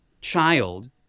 child